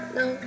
no